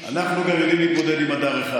אנחנו כנראה נתמודד עם אדר אחד.